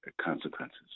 consequences